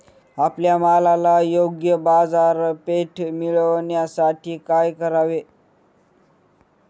आपल्या मालाला योग्य बाजारपेठ मिळण्यासाठी काय करावे?